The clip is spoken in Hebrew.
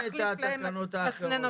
אנחנו נעשה גם את התקנות האחרות.